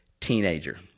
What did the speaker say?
teenager